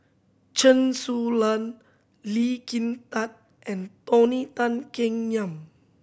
Chen Su Lan Lee Kin Tat and Tony Tan Keng Yam